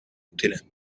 inutile